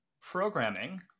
Programming